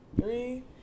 three